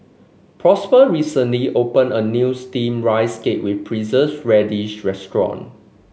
Prosper recently opened a new steamed Rice Cake with radish restaurant